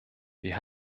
wir